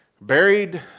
buried